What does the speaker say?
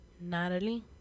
Natalie